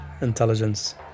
intelligence